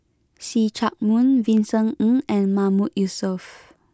see Chak Mun Vincent Ng and Mahmood Yusof